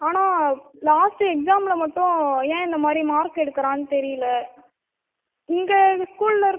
ஆனால் லாஸ்ட்டு எக்ஸாமில் மட்டும் ஏன் இந்தமாதிரி மார்க் எடுக்கிறான்னு தெரியல இங்கே ஸ்கூல்லிருக்